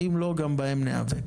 ואם לא, גם בהם ניאבק.